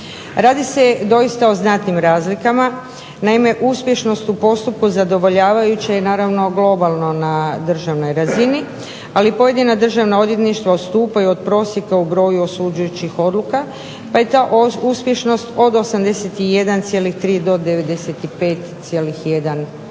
Radi se doista o znatnim razlikama. Naime uspješnost u postupku zadovoljavajuća je naravno globalno na državnoj razini ali pojedina državna odvjetništva odstupaju od prosjeka u broju osuđujućih odluka pa je ta uspješnost od 81,3 do 95,1%.